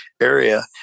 area